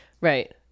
Right